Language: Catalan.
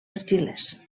argiles